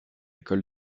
école